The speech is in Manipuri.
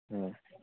ꯎꯝ